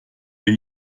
les